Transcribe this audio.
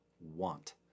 want